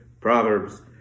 Proverbs